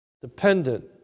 Dependent